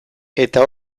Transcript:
eta